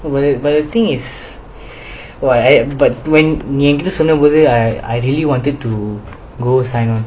but then the thing is !wah! but when நீ என்கிட்ட சொன்னபோது:nee enkita sonnambodhu I I really wanted to go sign on